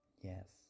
yes